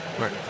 Right